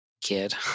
kid